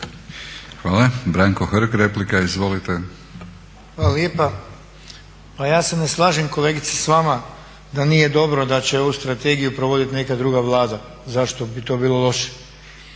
Hvala. Branko Hrg, replika. Izvolite. **Hrg, Branko (HSS)** Hvala lijepa. Pa ja se ne slažem kolegice s vama da nije dobro da će ovu strategiju provoditi neka druga Vlada, zašto bi to bilo loše.